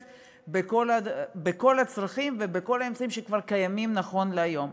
בכל הצרכים ובכל האמצעים שכבר קיימים נכון להיום.